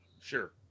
Sure